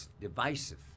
divisive